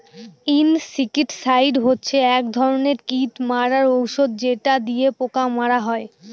insecticide হচ্ছে এক ধরনের কীট মারার ঔষধ যেটা দিয়ে পোকা মারা হয়